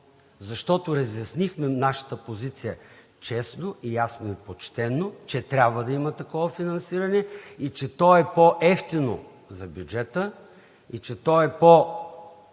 защото разяснихме нашата позиция честно, ясно и почтено, че трябва да има такова финансиране и че то е по-евтино за бюджета, и че то е по-здравословно